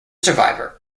survivor